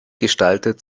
gestaltet